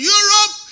Europe